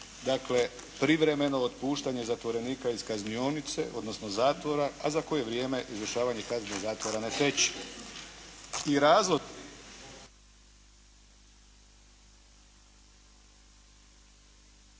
dakle privremeno otpuštanje zatvorenika iz kaznionice odnosno zatvora a za koje vrijeme izvršavanje kazne zatvora ne teče. I razlozi